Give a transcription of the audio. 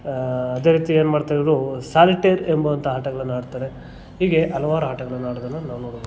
ಅದೇ ರೀತಿ ಏನ್ಮಾಡ್ತಾರಿವ್ರು ಸಾಲಿಟೇರ್ ಎಂಬುವಂಥ ಆಟಗಳನ್ನ ಆಡ್ತಾರೆ ಹೀಗೆ ಹಲವಾರ್ ಆಟಗಳನ್ನು ಆಡೋದನ್ನು ನಾವು ನೋಡ್ಬೋದು